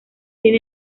sin